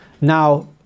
Now